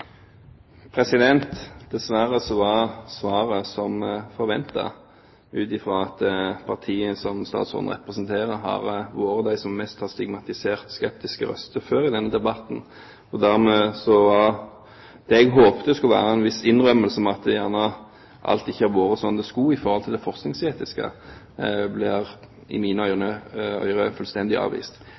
vært det som mest har stigmatisert skeptiske røster før i denne debatten. Det jeg håpet skulle være en viss innrømmelse av at alt gjerne ikke har vært slik det skulle være når det gjelder det forskningsetiske,